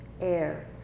air